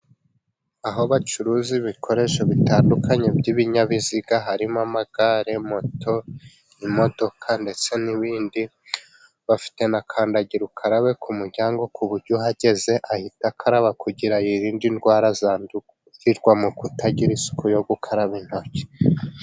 Aho bacuruza ibikoresho bitandukanye by'ibinyabiziga harimo amagare, moto, imodoka ndetse n'ibindi bafite na kandagira ukarabe ku muryango, ku buryo uhageze ahita akaraba kugira ngo yirinde indwara zandurira mu kutagira isuku yo gukaraba intoki.